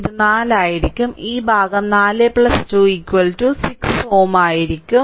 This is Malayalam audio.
ഇത് 4 ആയിരിക്കും ഈ ഭാഗം 4 2 6Ω ആയിരിക്കും